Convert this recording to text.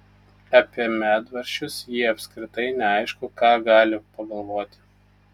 apie medvaržčius ji apskritai neaišku ką gali pagalvoti